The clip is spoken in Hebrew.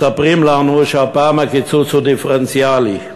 מספרים לנו שהפעם הקיצוץ הוא דיפרנציאלי,